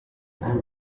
and